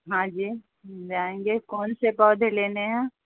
ہاں جی مل جائیں گے کون سے پودھے لینے ہیں